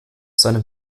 seinem